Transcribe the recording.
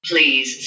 Please